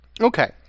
Okay